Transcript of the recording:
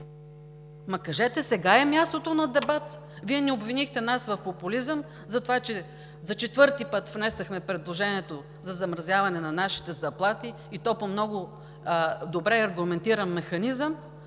Ама кажете, сега е мястото на дебат. Вие ни обвинихте в популизъм затова, че за четвърти път внесохме предложението за замразяване на нашите заплати, и то по много добре аргументиран механизъм,